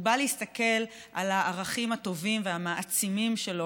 הוא בא להסתכל על הערכים הטובים והמעצימים שלו,